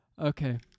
Okay